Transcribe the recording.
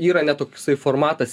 yra net toksai formatas